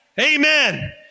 amen